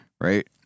right